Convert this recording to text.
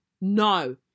no